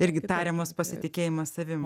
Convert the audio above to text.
irgi tarimas pasitikėjimas savim